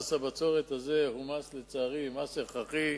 מס הבצורת הזה הוא לצערי מס הכרחי.